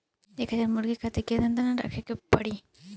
एक हज़ार मुर्गी खातिर केतना दाना रखे के पड़ी?